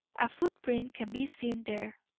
a footprint can be seen there,